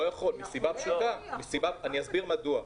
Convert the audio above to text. מקשיבים לנו גם נציגי מועצת התלמידים.